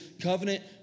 covenant